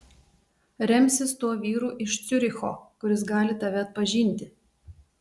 remsis tuo vyru iš ciuricho kuris gali tave atpažinti